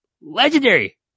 Legendary